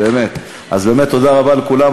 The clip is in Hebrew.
אז באמת תודה רבה לכולם.